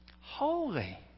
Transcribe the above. Holy